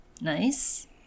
Nice